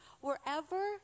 Wherever